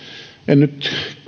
en nyt